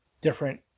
different